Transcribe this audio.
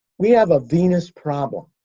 we have a venus problem.